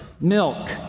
milk